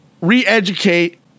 re-educate